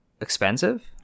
expensive